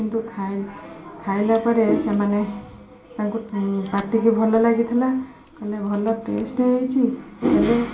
କିନ୍ତୁ ଖାଇଲା ପରେ ସେମାନେ ତାଙ୍କୁ ପାଟିକୁ ଭଲ ଲାଗିଥିଲା କଲେ ଭଲ ଟେଷ୍ଟ ହେଇଛି ହେଲେ